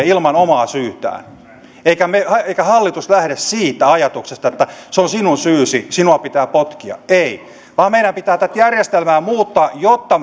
ilman omaa syytään eikä hallitus lähde siitä ajatuksesta että se on sinun syysi sinua pitää potkia ei vaan meidän pitää tätä järjestelmää muuttaa jotta